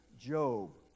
Job